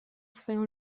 swoją